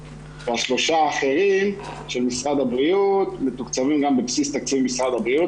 והשלושה האחרים של משרד הבריאות מתוקצבים גם בבסיס תקציב משרד הבריאות,